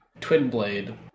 Twinblade